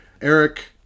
eric